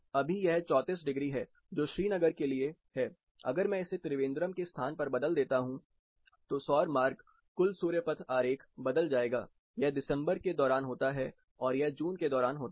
अभी यह 34 डिग्री है जो श्रीनगर के लिए है अगर मैं इसे त्रिवेंद्रम के स्थान पर बदल देता हूं तो सौर मार्ग कुल सूर्य पथ आरेख बदल जाएगा यह दिसंबर के दौरान होता है और यह जून के दौरान होता है